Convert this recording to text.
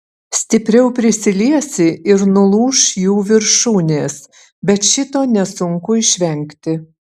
stipriau prisiliesi ir nulūš jų viršūnės bet šito nesunku išvengti